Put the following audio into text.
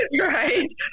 Right